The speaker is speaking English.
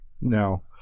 No